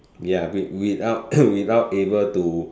ya with without without able to